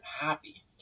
happy